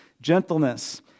gentleness